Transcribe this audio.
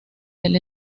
del